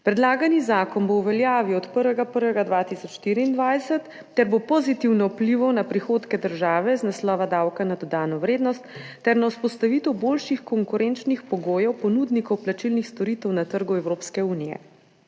Predlagani zakon bo v veljavi od 1. 1. 2024 ter bo pozitivno vplival na prihodke države iz naslova davka na dodano vrednost ter na vzpostavitev boljših konkurenčnih pogojev ponudnikov plačilnih storitev na trgu Evropske unije.